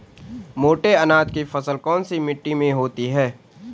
मोटे अनाज की फसल कौन सी मिट्टी में होती है?